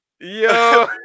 Yo